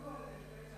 צעקו לו איזה שתי צעקות.